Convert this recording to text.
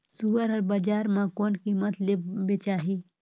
सुअर हर बजार मां कोन कीमत ले बेचाही?